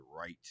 right